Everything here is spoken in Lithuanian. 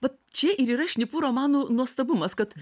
vat čia ir yra šnipų romanų nuostabumas kad